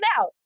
out